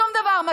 שום דבר.